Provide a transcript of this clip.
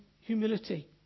humility